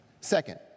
Second